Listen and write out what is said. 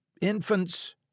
infants